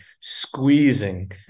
squeezing